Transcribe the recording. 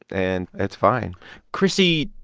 and it's fine chrissy,